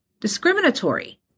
discriminatory